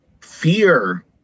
fear